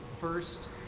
first